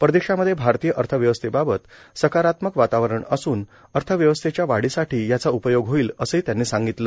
परदेशामध्ये भारतीय अर्थव्यवस्थेबाबत सकारात्मक वातावरण असून अर्थव्यवस्थेच्या वाढीसाठी याचा उपयोग होईल असही त्यांनी सांगितल